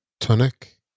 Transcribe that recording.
Tunic